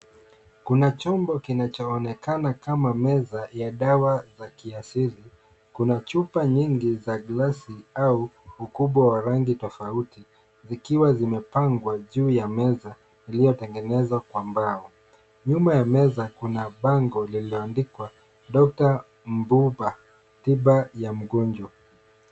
Kuna chombo kinachoonekana kama meza ya dawa za kiasili. Kuna chupa nyingi za glasi au ukubwa wa rangi tofauti, zikiwa zimepangwa juu ya meza iliyotengenezwa kwa mbao. Nyuma ya meza kuna bango lililoandikwa DR .MDUBA, TIBA YA MGONJWA.